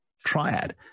triad